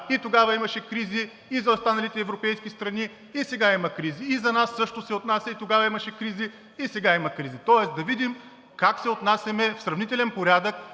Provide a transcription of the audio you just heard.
И тогава имаше кризи и за останалите европейски страни, и сега има кризи. И за нас се отнася същото – и тогава имаше кризи, и сега има кризи. Тоест да видим как се отнасяме в сравнителен порядък